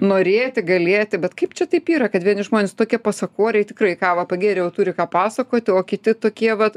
norėti galėti bet kaip čia taip yra kad vieni žmonės tokie pasakoriai tikrai kavą pagėrė jau turi ką pasakoti o kiti tokie vat